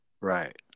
Right